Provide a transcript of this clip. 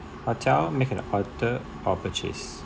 hotel make an order or purchase